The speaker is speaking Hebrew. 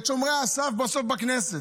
הוא יוציא כותרות בעיתונים נגד חבר הכנסת